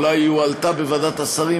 אולי היא הועלתה בוועדת השרים,